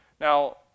Now